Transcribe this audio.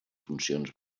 funcions